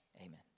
Amen